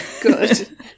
Good